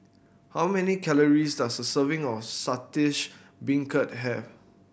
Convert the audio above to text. how many calories does a serving of Saltish Beancurd have